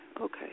okay